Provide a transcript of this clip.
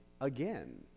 Again